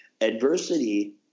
Adversity